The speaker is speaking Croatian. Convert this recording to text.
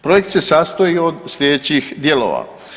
Projekt se sastoji od sljedećih dijelova.